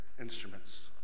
instruments